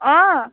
অঁ